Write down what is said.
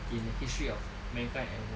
in the history of mankind ever